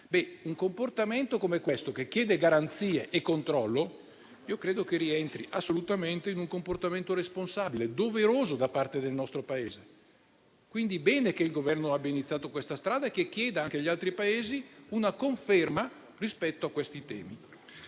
Un comportamento come questo, che chiede garanzie e controllo, credo che rientri assolutamente in un comportamento responsabile, doveroso da parte del nostro Paese. Quindi è bene che il Governo abbia intrapreso questa strada e che chieda anche agli altri Paesi una conferma rispetto a tali temi.